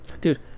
Dude